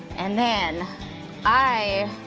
and then i